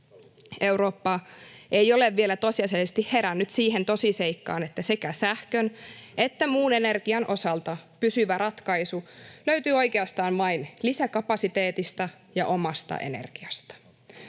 Eurooppa ei ole vielä tosiasiallisesti herännyt siihen tosiseikkaan, että sekä sähkön että muun ener-gian osalta pysyvä ratkaisu löytyy oikeastaan vain lisäkapasiteetista ja omasta energiasta.